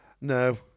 No